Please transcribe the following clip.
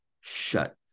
shut